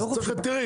אז צריך היתרים.